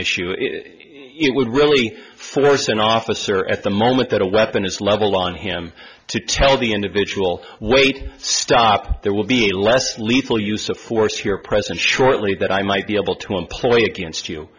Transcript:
issue it would really force an officer at the moment that a weapon is level on him to tell the individual wait stop there will be a less lethal use of force here present shortly that i might be able to employ against